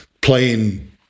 playing